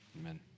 Amen